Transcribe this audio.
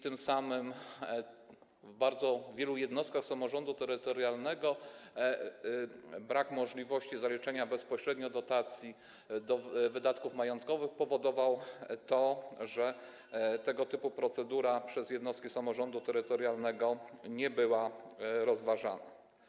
Tym samym w bardzo wielu jednostkach samorządu terytorialnego brak możliwości zaliczenia bezpośrednio dotacji do wydatków majątkowych powodował to, że tego typu procedura przez jednostki samorządu terytorialnego nie była rozważana.